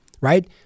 right